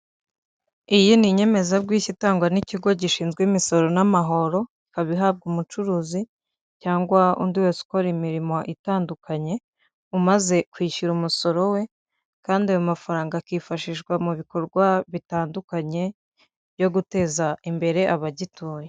Iyi ni inyemezabwishyu itangwa n'ikigo gishinzwe imisoro n'amahoro, ikaba ihabwa umucuruzi cyangwa undi wese ukora imirimo itandukanye umaze kwishyura umusoro we kandi ayo mafaranga akifashishwa mu bikorwa bitandukanye byo guteza imbere abagituye.